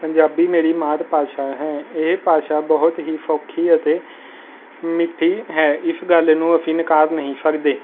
ਪੰਜਾਬੀ ਮੇਰੀ ਮਾਤ ਭਾਸ਼ਾ ਹੈ ਇਹ ਭਾਸ਼ਾ ਬਹੁਤ ਹੀ ਸੌਖੀ ਅਤੇ ਮਿੱਠੀ ਹੈ ਇਸ ਗੱਲ ਨੂੰ ਅਸੀਂ ਨਿਕਾਰ ਨਹੀਂ ਸਕਦੇ